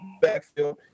backfield